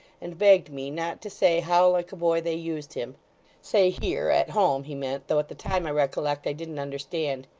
and begged me not to say how like a boy they used him say here, at home, he meant, though at the time, i recollect, i didn't understand.